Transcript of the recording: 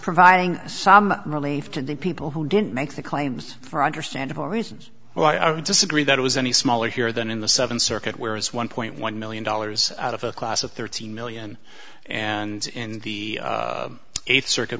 providing some relief to the people who didn't make the claims for understandable reasons well i would disagree that it was any smaller here than in the southern circuit where as one point one million dollars out of a class of thirteen million and in the eighth circuit